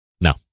No